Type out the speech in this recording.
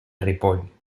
ripoll